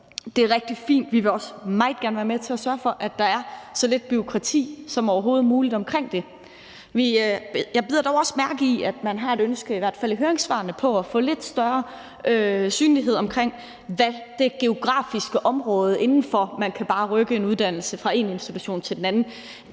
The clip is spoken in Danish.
Det er rigtig fint, og vi vil også meget gerne være med til at sørge for, at der er så lidt bureaukrati som overhovedet muligt omkring det. Jeg bider dog også mærke i, at man i hvert fald i høringssvarene har et ønske om at få lidt større synlighed omkring, hvad det geografiske område er, inden for hvilket man bare kan rykke en uddannelse fra én institution til en anden.